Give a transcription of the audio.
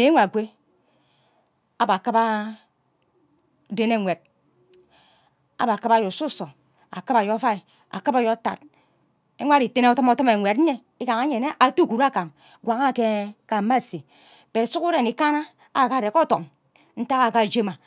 enwe akwe aba kiba dene nkwe aba akiba aye ususo akiba aye ovai akiba ayo otad nwe ari itene odumodune nkwed yen igaha nye ate uguru agam ngwang anyo ke ghe mme ase but sughuro ikana awo ngha are ke odom awe ke aje mme